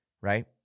right